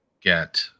get